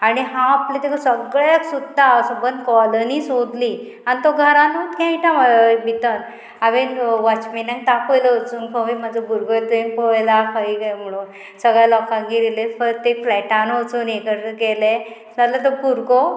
आणी हांव आपलें तेका सगळ्याक सोदतां हांव सोबंद कॉलनी सोदली आनी तो घरानूत खेळटा भितर हांवेन वॉचमेनांग तापयलो वचून खंय म्हाजो भुरगो तुवें पळयला खंय म्हणून सगळ्या लोकांगेर येयले फक्त फ्लॅटान वचून गेले जाल्या तो भुरगो